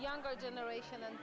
younger generation